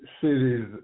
cities